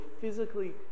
physically